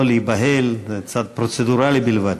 לא להיבהל, זה צעד פרוצדורלי בלבד.